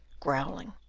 growling.